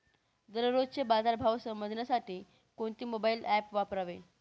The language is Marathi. दररोजचे बाजार भाव समजण्यासाठी कोणते मोबाईल ॲप वापरावे?